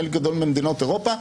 חלק גדול ממדינות אירופה,